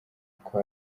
uko